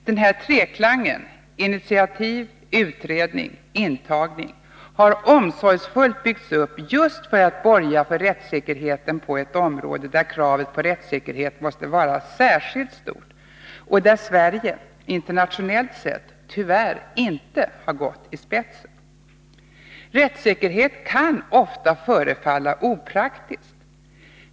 Den här treklangen —initiativ, utredning, intagning — har omsorgsfullt byggts upp just för att borga för rättssäkerheten på ett område där kravet på rättssäkerhet måste vara särskilt stort och där Sverige internationellt sett tyvärr inte har gått i spetsen. Rättssäkerhet kan ofta förefalla opraktiskt.